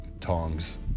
Tongs